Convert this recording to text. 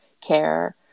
care